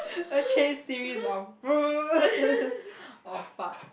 a chain series of of farts